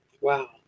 Wow